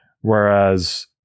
whereas